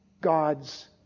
God's